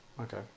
Okay